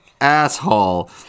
asshole